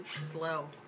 slow